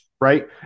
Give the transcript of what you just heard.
Right